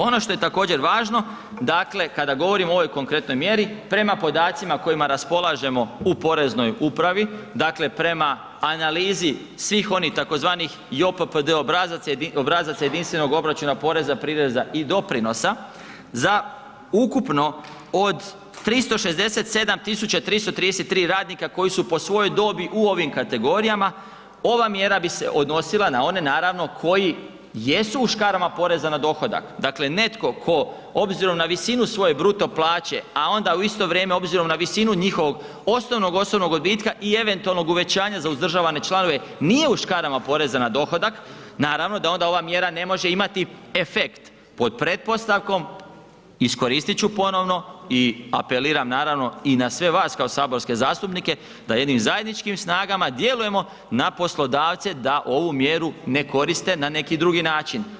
Ono što je također važno, dakle kada govorimo o ovoj konkretnoj mjeri, prema podacima kojima raspolažemo u poreznoj upravi, dakle prema analizi svih onih tzv. JOPPD obrazaca, obrazaca jedinstvenog obračuna poreza, prireza i doprinosa, za ukupno od 367 333 radnika koji su po svojoj dobi u ovim kategorijama, ova mjera bi se odnosila na one naravno koji jesu u škarama poreza na dohodak, dakle netko tko obzirom na visinu svoje bruto plaće a onda u isto vrijeme obzirom na visinu njihovog osnovnog osobnog odbitka i eventualnog uvećanja za uzdržavane članove, nije u škarama poreza na dohodak, naravno da oda ova mjera ne može imati efekt pod pretpostavkom iskoristiti ću ponovno i apeliram naravno i na sve vas kao saborske zastupnike, da jednim zajedničkim snagama djelujemo na poslodavce da ovu mjeru ne koriste ne koriste na neki drugi način.